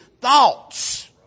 thoughts